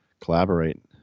collaborate